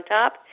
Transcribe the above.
top